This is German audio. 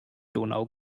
donau